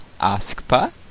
Askpa